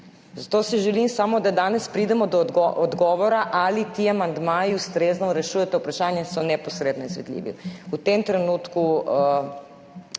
Zato si želim samo, da danes pridemo do odgovora, ali ti amandmaji ustrezno rešujejo ta vprašanja in so neposredno izvedljivi. V tem trenutku